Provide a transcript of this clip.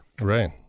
Right